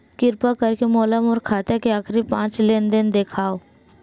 किरपा करके मोला मोर खाता के आखिरी पांच लेन देन देखाव